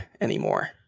anymore